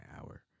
hour